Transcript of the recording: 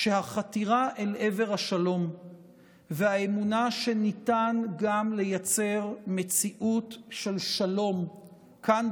שהחתירה אל עבר השלום והאמונה שניתן גם לייצר מציאות של שלום כאן,